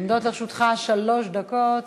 עומדות לרשותך שלוש דקות.